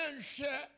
share